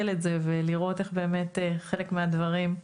את זה ולראות איך באמת חלק מהדברים,